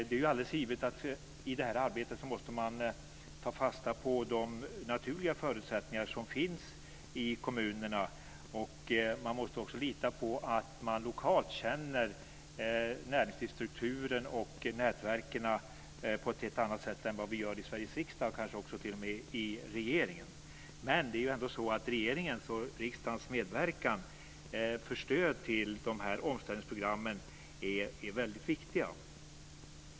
Det är alldeles givet att vi i detta arbete måste ta fasta på de naturliga förutsättningar som finns i kommunerna. Vi måste också lita på att man lokalt känner näringslivsstrukturen och nätverken på ett helt annat sätt än vad vi gör i Sveriges riksdag och kanske också t.o.m. i regeringen. Men det är ändå så att regeringens och riksdagens medverkan när det gäller stöd till dessa omställningsprogram är väldigt viktiga.